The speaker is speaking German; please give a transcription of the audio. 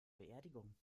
beerdigung